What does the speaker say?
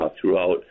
throughout